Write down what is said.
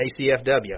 ACFW